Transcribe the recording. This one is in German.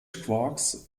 quarks